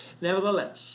Nevertheless